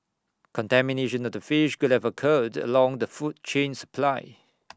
contamination of the fish could have occurred along the food chain supply